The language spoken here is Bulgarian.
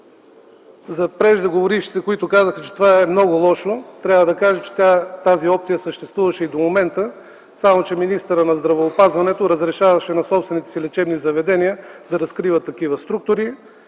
За преждеговорившите, които казаха, че това е много лошо, трябва да кажа, че тази опция съществуваше и до момента, само че министърът на здравеопазването разрешаваше на собствените си лечебни заведения да разкриват такива структури,